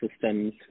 systems